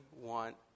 want